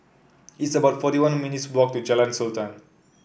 it's about forty one minutes' walk to Jalan Sultan